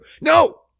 No